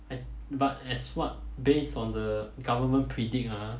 I but as what based on the government predict ah